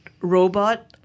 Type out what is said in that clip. robot